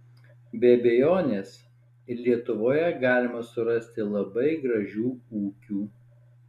be abejonės ir lietuvoje galima surasti labai gražių ūkių